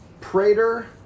Prater